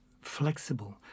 flexible